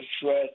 threat